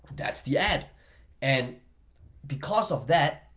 that's the ad and because of that,